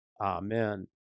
Amen